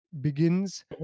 begins